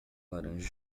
laranja